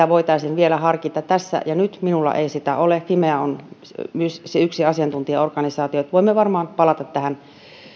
voitaisiin vielä harkita tässä ja nyt minulla ei ole fimea on se asiantuntijaorganisaatio ja voimme varmaan palata tähän